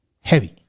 heavy